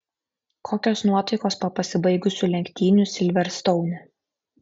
kokios nuotaikos po pasibaigusių lenktynių silverstoune